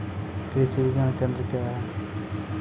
कृषि विज्ञान केंद्र क्या हैं?